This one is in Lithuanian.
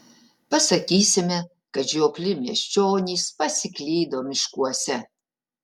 pasakysime kad žiopli miesčionys pasiklydo miškuose